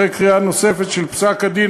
אחרי קריאה נוספת של פסק-הדין,